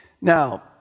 Now